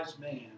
man